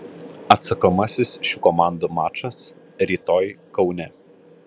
atsakomasis šių komandų mačas rytoj kaune